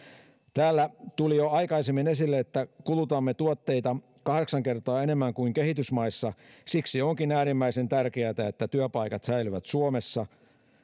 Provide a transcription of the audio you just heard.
täällä tuli jo aikaisemmin esille että kulutamme tuotteita kahdeksan kertaa enemmän kuin kehitysmaissa siksi onkin äärimmäisen tärkeätä että työpaikat säilyvät suomessa